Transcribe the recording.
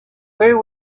where